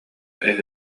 эһэ